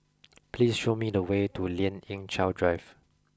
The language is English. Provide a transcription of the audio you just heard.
please show me the way to Lien Ying Chow Drive